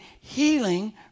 healing